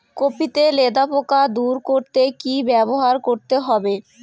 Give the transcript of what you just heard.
Copy তে লেদা পোকা দূর করতে কি ব্যবহার করতে হবে?